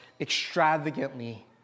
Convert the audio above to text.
extravagantly